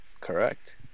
Correct